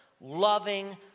loving